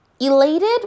elated